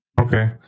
Okay